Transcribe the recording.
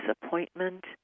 disappointment